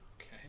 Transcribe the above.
Okay